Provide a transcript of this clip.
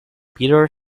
peter